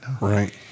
Right